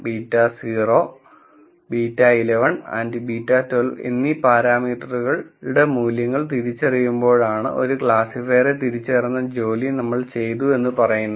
β0 β11 and β12 എന്നീ പാരാമീറ്ററുകളുടെ മൂല്യങ്ങൾ തിരിച്ചറിയുമ്പോഴാണ് ഒരു ക്ലാസിഫയറെ തിരിച്ചറിയുന്ന ജോലി നമ്മൾ ചെയ്തു എന്ന് പറയുന്നത്